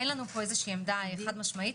אין לנו עמדה חד-משמעית.